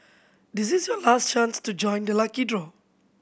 this is your last chance to join the lucky draw